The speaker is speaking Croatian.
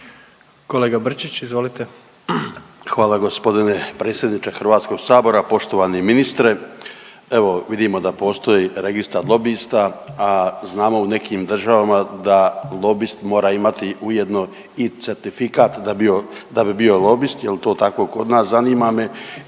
**Brčić, Luka (HDZ)** Hvala g. predsjedniče HS-a, poštovani ministre. Evo, vidimo da postoji registar lobista, a znamo u nekim državama da lobist mora ima ujedno i certifikat da bi bio lobist, je li to tako kod nas zanima me